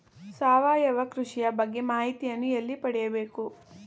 ಸಾವಯವ ಕೃಷಿಯ ಬಗ್ಗೆ ಮಾಹಿತಿಯನ್ನು ಎಲ್ಲಿ ಪಡೆಯಬೇಕು?